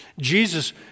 Jesus